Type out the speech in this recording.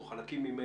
או חלקים ממנו,